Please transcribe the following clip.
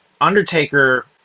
Undertaker